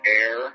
air